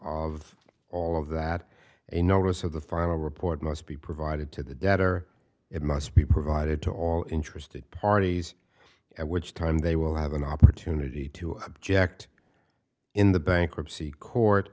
of all of that a notice of the final report must be provided to the debtor it must be provided to all interested parties at which time they will have an opportunity to object in the bankruptcy court